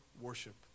worship